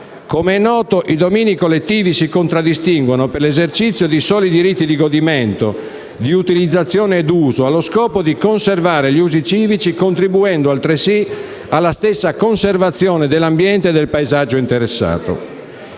Come è noto, i domini collettivi si contraddistinguono per l'esercizio di soli diritti di godimento, di utilizzazione ed uso, allo scopo di conservare gli usi civici, contribuendo altresì alla stessa conservazione dell'ambiente e del paesaggio interessato.